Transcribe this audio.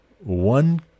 one